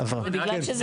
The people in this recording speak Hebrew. ממש לא.